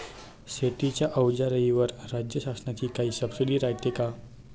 शेतीच्या अवजाराईवर राज्य शासनाची काई सबसीडी रायते का?